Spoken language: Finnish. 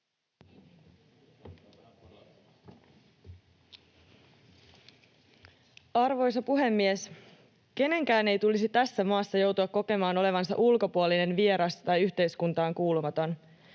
Arvoisa puhemies! Kenenkään ei tulisi tässä maassa joutua kokemaan olevansa ulkopuolinen, vieras tai yhteiskuntaan kuulumaton.